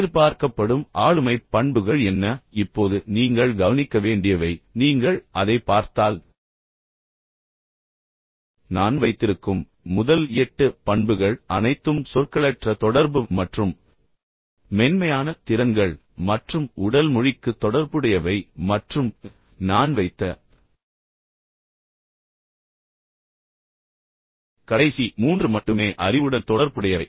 எதிர்பார்க்கப்படும் ஆளுமைப் பண்புகள் என்ன இப்போது நீங்கள் கவனிக்க வேண்டியவை நீங்கள் அதைப் பார்த்தால் நான் வைத்திருக்கும் முதல் 8 பண்புகள் அனைத்தும் சொற்களற்ற தொடர்பு மற்றும் மென்மையான திறன்கள் மற்றும் உடல் மொழிக்கு தொடர்புடையவை மற்றும் நான் வைத்த கடைசி 3 மட்டுமே அறிவுடன் தொடர்புடையவை